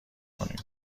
کنیم